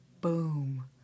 Boom